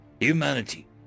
Humanity